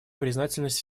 признательность